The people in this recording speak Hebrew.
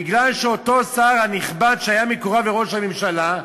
מפני שאותו שר נכבד שהיה מקורב לראש הממשלה,